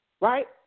right